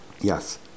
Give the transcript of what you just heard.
Yes